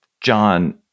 John